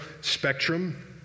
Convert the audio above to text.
spectrum